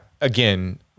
again